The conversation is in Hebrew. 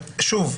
שוב,